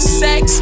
sex